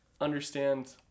understand